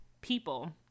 people